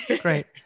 Great